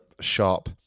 sharp